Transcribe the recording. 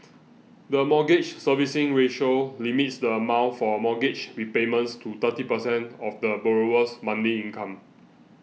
the Mortgage Servicing Ratio limits the amount for mortgage repayments to thirty percent of the borrower's monthly income